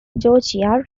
georgia